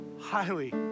highly